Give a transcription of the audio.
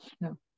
no